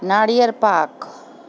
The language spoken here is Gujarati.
નાળીયેર પાક